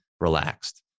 relaxed